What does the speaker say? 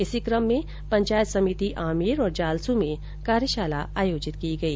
इसी कम में पंचायत समिति आमेर और जालसू में कार्यशाला आयोजित की गई